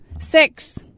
Six